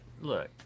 look